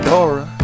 Dora